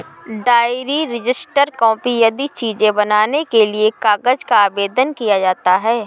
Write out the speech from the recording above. diary, register, copy आदि चीजें बनाने के लिए कागज का आवेदन किया जाता है